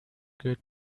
got